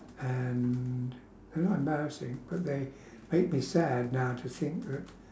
and well not embarrassing but they make me sad now to think that